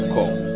Call